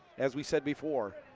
as we said before,